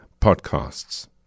Podcasts